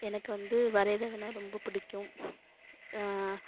எனக்கு வந்து வரையிரதுன்னா ரொம்ப பிடிக்கும்